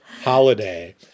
holiday